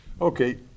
Okay